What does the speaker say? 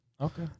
Okay